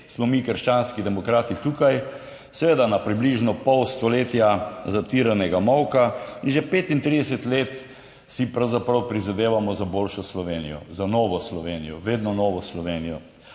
smo mi Krščanski demokrati tukaj, seveda na približno pol stoletja zatiranega molka, in že 35 let si pravzaprav prizadevamo za boljšo Slovenijo, za novo Slovenijo, vedno novo Slovenijo.